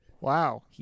Wow